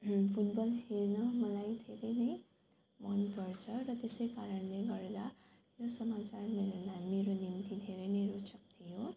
football खेल्न मलाई धेरै नै मनपर्छ र त्यसै कारणले गर्दा यो समाचार मेरो ला मेरो निम्ति धेरै नै रोचक थियो